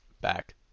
Back